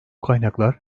kaynaklar